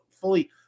fully